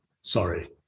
sorry